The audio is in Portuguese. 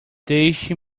deixe